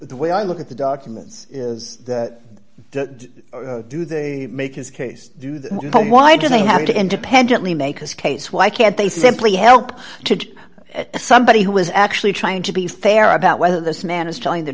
the way i look at the documents is do they make his case why do they have to independently make his case why can't they simply help to somebody who was actually trying to be fair about whether this man is telling the